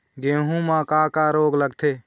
गेहूं म का का रोग लगथे?